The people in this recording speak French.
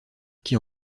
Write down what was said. qui